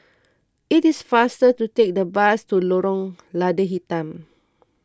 it is faster to take the bus to Lorong Lada Hitam